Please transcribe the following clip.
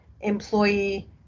employee